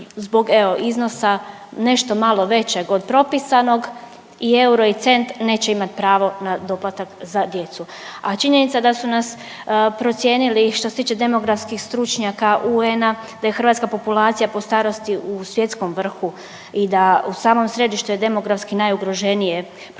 evo iznosa nešto malo većeg od propisanog i euro i cent, neće imat pravo na doplatak za djecu. A činjenica da su nas procijenili što se tiče demografskih stručnjaka UN-a da je hrvatska populacija po starosti u svjetskom vrhu i da su samom središtu je demografski najugroženije prostora